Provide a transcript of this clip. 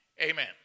Amen